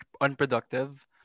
unproductive